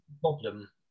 problem